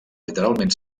literalment